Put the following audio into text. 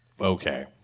Okay